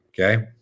okay